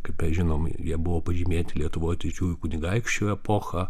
kaip mes žinom jie buvo pažymėti lietuvos didžiųjų kunigaikščių epocha